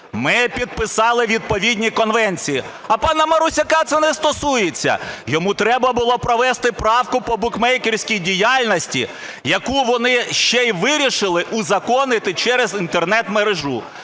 Ми підписали відповідні конвенції. А пана Марусяка, це не стосується. Йому треба було провести правку по букмекерській діяльності, яку вони ще й вирішили узаконити через Інтернет-мережу.